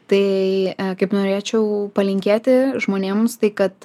tai kaip norėčiau palinkėti žmonėms tai kad